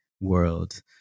world